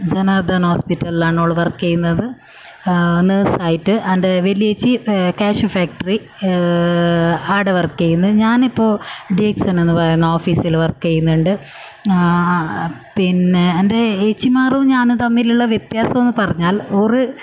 ജനത ഹോസ്പിറ്റലിലാണ് ഓൾ വർക്ക് ചെയ്യുന്നത് ആ നഴ്സ് ആയിട്ട് എൻ്റെ വലിയ ചേച്ചി കാഷ്യൂ ഫാക്ടറി ഈ അവിടെ വർക്ക് ചെയ്യുന്നു ഞാനിപ്പോൾ ഡിഎക്സ്ൻ എന്നു പറയുന്ന ഓഫീസിൽ വർക്ക് ചെയ്യുന്നുണ്ട് ആ പിന്നെ എൻ്റെ ഏച്ചിമാറും ഞാനും തമ്മിലുള്ള വ്യത്യാസമെന്ന് പറഞ്ഞാൽ ഓറ്